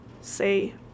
say